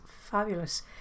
fabulous